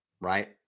right